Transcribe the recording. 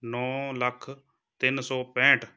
ਨੌ ਲੱਖ ਤਿੰਨ ਸੌ ਪੈਂਹਠ